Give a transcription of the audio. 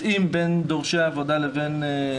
ומתאם בין דורשי העבודה לקורסים.